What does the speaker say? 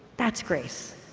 that's grace.